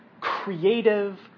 creative